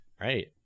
Right